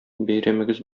бәйрәмегез